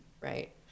right